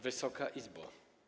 Wysoka Izbo!